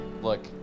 Look